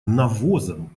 навозом